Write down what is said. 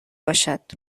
باشد